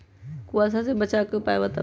कुहासा से बचाव के उपाय बताऊ?